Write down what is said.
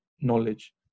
knowledge